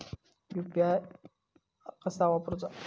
UPI कसा वापरूचा?